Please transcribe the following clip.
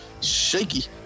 shaky